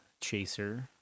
Chaser